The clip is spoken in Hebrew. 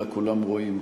אלא כולם רואים.